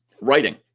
Writing